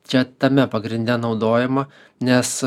čia tame pagrinde naudojama nes